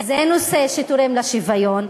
זה נושא שתורם לשוויון,